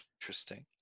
Interesting